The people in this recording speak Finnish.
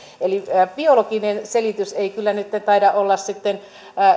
eli biologinen selitys ei kyllä nytten taida olla sitten